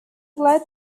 glad